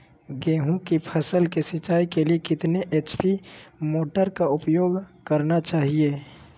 गेंहू की फसल के सिंचाई के लिए कितने एच.पी मोटर का उपयोग करना चाहिए?